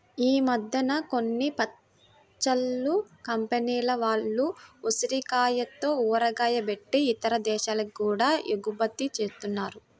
ఈ మద్దెన కొన్ని పచ్చళ్ళ కంపెనీల వాళ్ళు ఉసిరికాయలతో ఊరగాయ బెట్టి ఇతర దేశాలకి గూడా ఎగుమతి జేత్తన్నారు